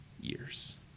years